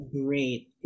great